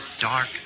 dark